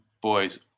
boys